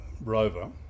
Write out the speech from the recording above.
rover